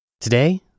Today